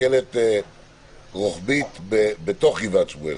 מסתכלת רוחבית בגבעת שמואל,